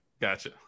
gotcha